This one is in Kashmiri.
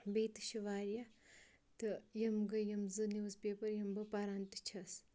بیٚیہِ تہِ چھِ واریاہ تہٕ یِم گٔیٚے یِم زٕ نِوٕز پیپَر یِم بہٕ پَران تہِ چھس